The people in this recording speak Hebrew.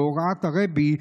בהוראת הרבי,